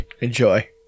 Enjoy